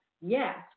Yes